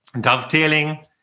dovetailing